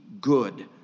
good